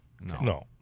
No